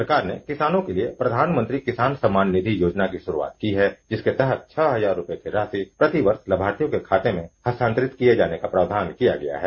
सरकार ने किसानों के लिए प्रधानमंत्री किसान सम्मान निधि योजना की शुरूआत की है जिसके तहत छह हजार रूपये की राशि प्रतिवर्ष लामार्थियों के खाते में हस्तांतरित किए जाने का प्रावधान किया गया है